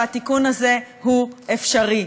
והתיקון הזה הוא אפשרי.